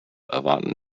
erwarten